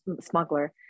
smuggler